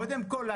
קודם כול,